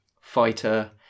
fighter